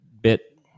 bit